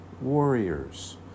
warriors